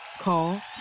Call